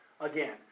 again